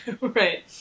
Right